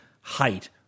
Height